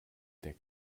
der